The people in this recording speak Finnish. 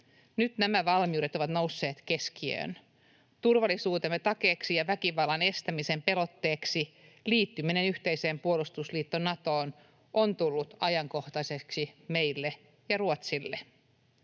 Nyt nämä valmiudet ovat nousseet keskiöön. Turvallisuutemme takeeksi ja väkivallan estämisen pelotteeksi liittyminen yhteiseen puolustusliitto Natoon on tullut ajankohtaiseksi meille ja Ruotsille.